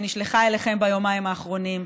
שנשלחה אליכם ביומיים האחרונים.